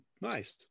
Nice